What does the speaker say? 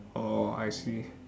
orh I see